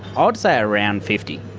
i would say around fifty.